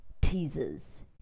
teasers